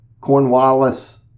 Cornwallis